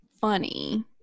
funny